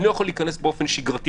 אני לא יכול להיכנס באופן שגרתי,